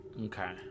Okay